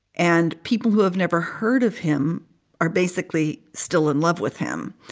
and people who have never heard of him are basically still in love with him,